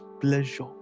pleasure